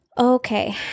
okay